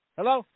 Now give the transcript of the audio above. Hello